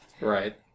Right